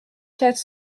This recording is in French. quatre